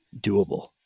doable